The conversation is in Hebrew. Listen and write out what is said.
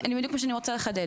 זה בדיוק מה שאני רוצה לחדד.